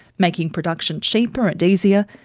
making production cheaper and easier,